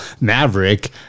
Maverick